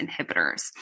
inhibitors